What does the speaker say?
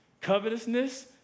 covetousness